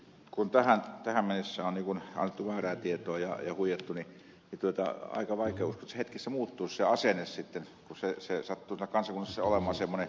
kun tähän mennessä on annettu väärää tietoa ja huijattu niin aika vaikea on uskoa että hetkessä muuttuisi se asenne sitten kun se sattuu siinä kansakunnassa olemaan semmoinen syvälle piintynyt